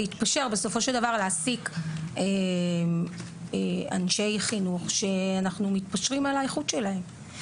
להעסיק אנשי חינוך שאנחנו מתפשרים על האיכות שלהם.